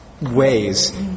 ways